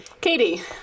Katie